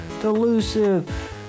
delusive